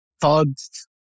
thugs